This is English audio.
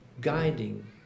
guiding